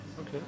Okay